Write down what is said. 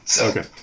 Okay